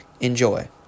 Enjoy